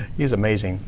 he's amazing.